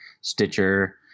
Stitcher